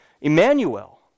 Emmanuel